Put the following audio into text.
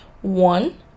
one